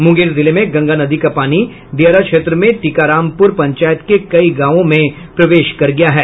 मुंगेर जिले में गंगा नदी का पानी दियारा क्षेत्र में टीकारामपुर पंचायत के कई गांवों में प्रवेश कर गया है